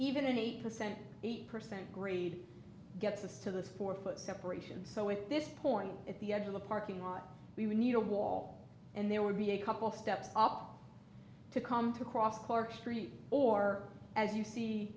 even an eight percent eight percent grade gets us to the poor foot separation so at this point at the edge of the parking lot we would need a wall and there would be a couple steps up to come to cross clark street or as you see